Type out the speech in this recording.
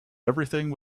everything